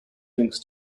links